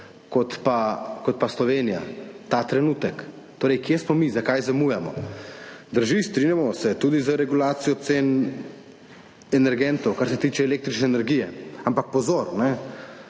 kot pa Slovenija, ta trenutek. Torej, kje smo mi? Zakaj zamujamo? Drži, strinjamo se, tudi z regulacijo cen energentov, kar se tiče električne energije. Ampak pozor!